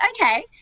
okay